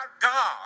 God